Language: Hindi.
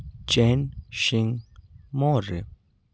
चैन शिंग मौर्य